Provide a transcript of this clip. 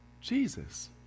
Jesus